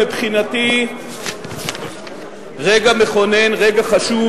מבחינתי רגע חשוב,